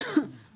הוא יתקן.